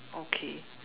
okay